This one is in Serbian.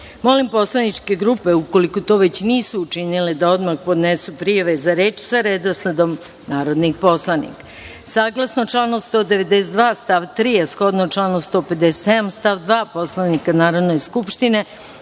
poslaničke grupe, ukoliko to već nisu učinile, da odmah podnesu prijave za reč, sa redosledom narodnih poslanika. Saglasno članu 192. stav 3. a shodno članu 157. stav 2. Poslovnika Narodne skupštine,